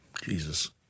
Jesus